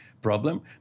problem